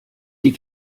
die